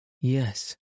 Yes